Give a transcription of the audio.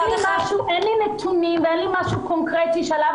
אין לי נתונים ואין לי משהו קונקרטי שעליו